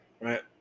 right